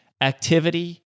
Activity